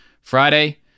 Friday